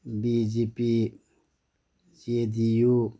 B J P J D U